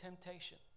temptation